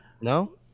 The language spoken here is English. No